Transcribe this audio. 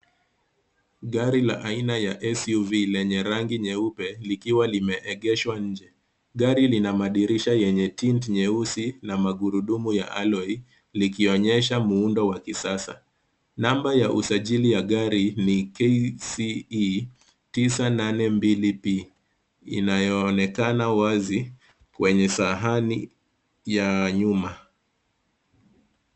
Gari la aina ya SUV lenye rangi nyeupe likiwa limeegeshwa nje. Gari lina madirisha yenye Tint nyeusi na magurudumu ya Alloy likionyesha muundo wa kisasa. Namba ya usajili wa gari ni KCE 982P inayoonekana wazi kwenye sahani ya nyuma.